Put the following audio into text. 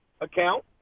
account